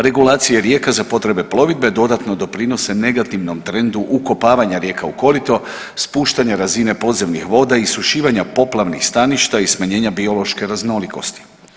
Regulacije rijeka za potrebe plovidbe dodatno doprinose negativnom trendu ukopavanja rijeka u korito, spuštanje razine podzemnih voda, isušivanja poplavnih staništa i smanjenja biološke raznolikosti.